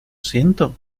siento